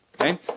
Okay